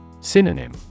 Synonym